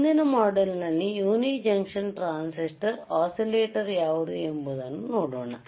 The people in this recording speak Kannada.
ಮುಂದಿನ ಮಾಡ್ಯೂಲ್ ನಲ್ಲಿ ಯುನಿ ಜಂಕ್ಷನ್ ಟ್ರಾನ್ಸಿಸ್ಟರ್ ಒಸಿಲೇಟಾರ್ ಯಾವುವು ಎಂಬುದನ್ನು ನೋಡೋಣ